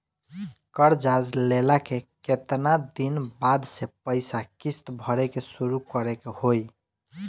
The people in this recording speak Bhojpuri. कर्जा लेला के केतना दिन बाद से पैसा किश्त भरे के शुरू करे के होई?